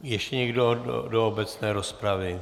Ještě někdo do obecné rozpravy?